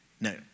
No